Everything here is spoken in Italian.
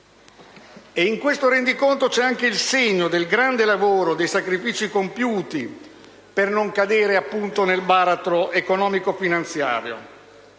In questo rendiconto c'è anche il segno del grande lavoro e dei sacrifici compiuti per non cadere nel baratro economico-finanziario.